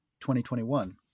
2021